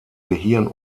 gehirn